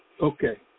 Okay